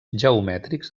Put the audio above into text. geomètrics